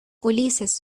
ulises